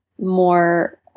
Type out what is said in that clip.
more